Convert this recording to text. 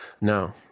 No